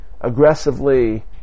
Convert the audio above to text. aggressively